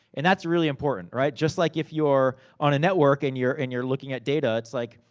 and that's really important, right? just like if you're on a network, and you're and you're looking at data, it's like,